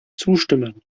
zustimmen